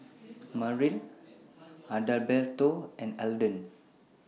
Myrl Adalberto and Alden